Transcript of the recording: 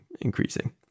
increasing